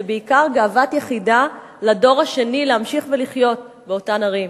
ובעיקר גאוות יחידה לדור השני להמשיך ולחיות באותן ערים.